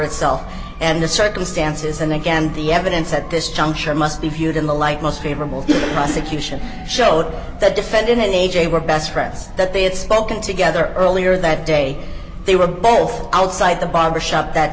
itself and the circumstances and again the evidence at this juncture must be viewed in the light most favorable to the prosecution showed that defendant and a j were best friends that they had spoken together earlier that day they were both outside the barbershop that